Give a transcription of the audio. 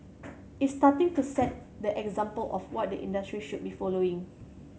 it's starting to set the example of what the industry should be following